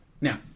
Now